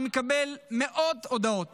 אני מקבל מאות הודעות